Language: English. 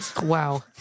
wow